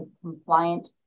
compliant